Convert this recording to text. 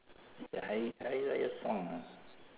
it's a hari~ hari-raya song ah